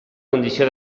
condició